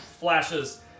Flashes